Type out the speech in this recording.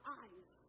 eyes